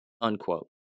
Unquote